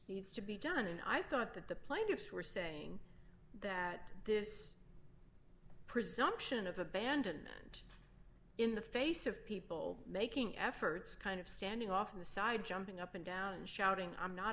needs to be done and i thought that the plaintiffs were saying that this presumption of abandonment in the face of people making efforts kind of standing off on the side jumping up and down and shouting i'm not